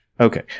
Okay